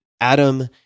Adam